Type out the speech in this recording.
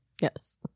yes